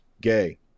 gay